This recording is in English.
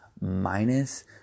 minus